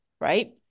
right